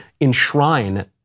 enshrine